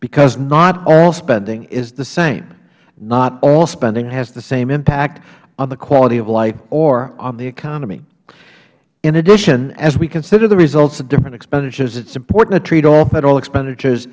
because not all spending is the same not all spending has the same impact on the quality of life or on the economy in addition as we consider the results of different expenditures it is important to treat all federal expenditures